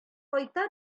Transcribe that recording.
кайта